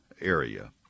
area